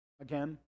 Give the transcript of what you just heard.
again